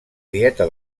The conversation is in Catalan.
dieta